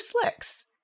slicks